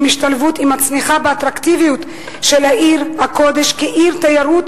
שמשתלבים עם הצניחה באטרקטיביות של עיר הקודש כעיר תיירות,